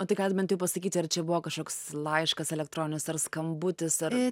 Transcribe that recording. o tai kas bent jau pasakyti ar čia buvo kažkoks laiškas elektroninis ar skambutis ar